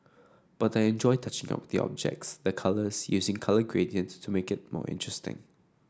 but I enjoy touching up the objects the colours using colour gradients to make it more interesting